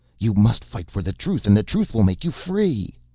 you must fight for the truth and the truth will make you free.